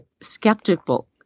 skeptical